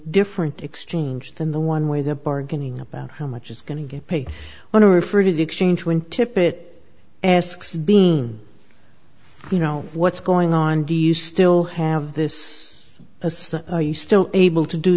different exchange than the one way the bargaining about how much is going to get paid when i refer to the exchange when tippit asks beam you know what's going on do you still have this as you still able to do